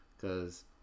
Cause